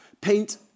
paint